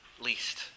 least